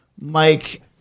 Mike